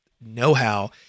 know-how